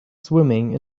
swimming